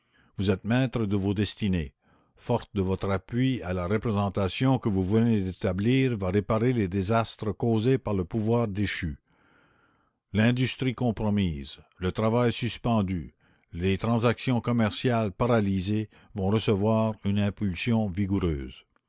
vous êtes maîtres de vos destinées forte de votre appui la représentation que vous venez d'établir va réparer les désastres causés par le pouvoir déchu l'industrie compromise le travail suspendu les transactions commerciales paralysées vont recevoir une impulsion vigoureuse